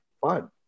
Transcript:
fun